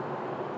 <S?